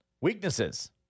Weaknesses